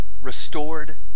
restored